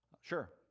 Sure